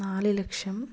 നാല് ലക്ഷം